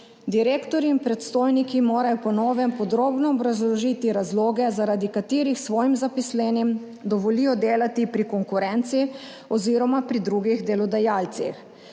Direktorji in predstojniki morajo po novem podrobno obrazložiti razloge, zaradi katerih svojim zaposlenim dovolijo delati pri konkurenci oziroma pri drugih delodajalcih.